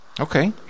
Okay